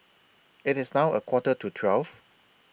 IT IS now A Quarter to twelve